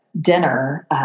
dinner